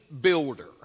builder